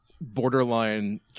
borderline